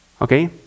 Okay